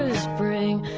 ah spring